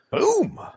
Boom